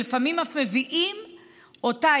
ולפעמים אף מביאים אותה,